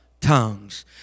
tongues